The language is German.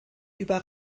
über